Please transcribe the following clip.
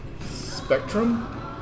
Spectrum